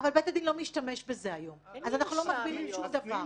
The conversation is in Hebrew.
אבל בית הדין לא משתמש בזה היום אז אנחנו לא מגבילים שום דבר.